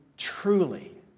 Truly